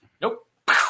Nope